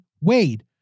Wade